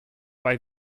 bei